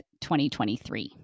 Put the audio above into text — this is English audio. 2023